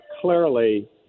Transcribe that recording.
clearly